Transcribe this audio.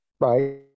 Right